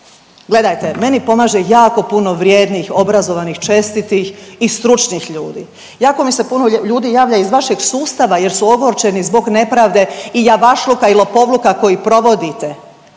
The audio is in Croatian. gledajte meni pomaže jako puno vrijednih, obrazovanih, čestitih i stručnih ljudi. Jako mi se puno ljudi javlja iz vašeg sustava jer su ogorčeni zbog nepravde i javašluka i lopovluka koji provodite